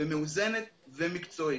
מאוזנת ומקצועית.